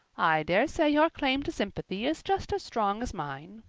i dare say your claim to sympathy is just as strong as mine.